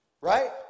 Right